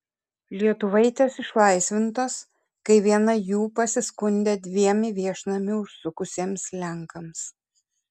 lietuvaitės išlaisvintos kai viena jų pasiskundė dviem į viešnamį užsukusiems lenkams